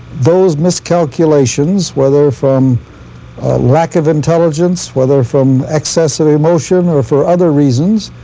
those miscalculations, whether from lack of intelligence, whether from excessive emotion, or for other reasons,